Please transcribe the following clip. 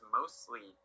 mostly